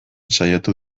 saiatu